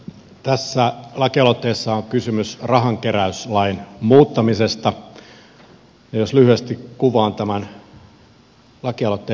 tässä lakialoitteessa on kysymys rahankeräyslain muuttamisesta ja jos lyhyesti kuvaan tämän lakialoitteen merkityksen